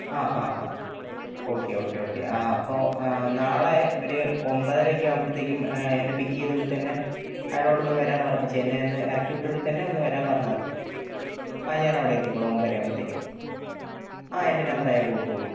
ആ ഹാ ഹാ ഓക്കെ ഓക്കെ ഓക്കെ അപ്പോൾ നാളെ ഒരു ഒൻപതരയൊക്കെ ആകുമ്പോഴത്തേക്കും എന്നെ പിക്ക് ചെയ്ത് ഇവിടത്തന്നെ അയാളോട് ഒന്ന് വരാൻ പറഞ്ഞ ഛെ എന്നെ ഇന്ന് ഇറക്കി വിട്ടവിടെത്തന്നെ ഒന്ന് വരാൻ പറഞ്ഞാൽ മതി ആ ഞാൻ അവിടെ എത്തിക്കോളാം ഒൻപതരയാകുമ്പോഴത്തേക്കും ആ എന്റെ നമ്പർ അയാൾക്ക് കൊടുത്തോളൂ